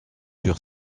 sur